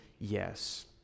yes